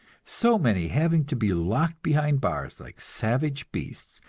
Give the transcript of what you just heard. so many having to be locked behind bars, like savage beasts,